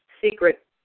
secret